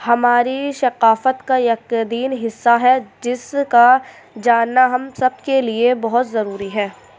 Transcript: ہماری ثقافت کا یک دین حصہ ہے جس کا جاننا ہم سب کے لیے بہت ضروری ہے